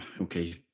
okay